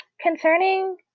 Concerning